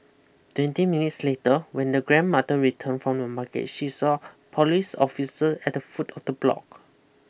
twenty minutes later when the grandmother return from the market she saw police officer at the foot of the block